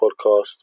podcast